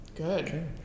Good